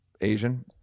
Asian